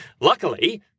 Luckily